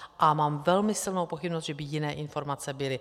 A mám velmi silnou pochybnost, že by jiné informace byly.